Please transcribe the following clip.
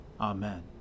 Amen